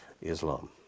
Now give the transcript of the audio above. Islam